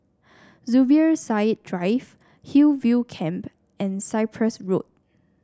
Zubir Said Drive Hillview Camp and Cyprus Road